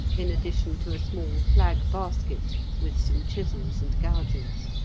in addition to a small flag basket with some chisels and gouges.